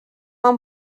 ond